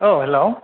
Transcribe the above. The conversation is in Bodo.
औ हेलौ